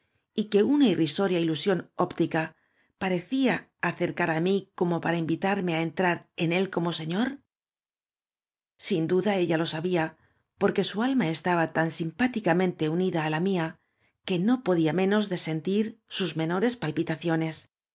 y que una irrisoria ilusión óptica parecía acercar ám í como para invitarme á entrar en él como señor sin duda ella lo sabía porque su a lm a estaba tan simpáticamente unida á la mía que no po día menos de sentir sus menores palpitaciones